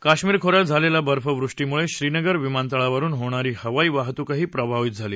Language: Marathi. काश्मीर खोऱ्यात झालेल्या बर्फवृष्टीमुळे श्रीनगर विमानतळावरून होणारी हवाई वाहतुकही प्रभावित झाली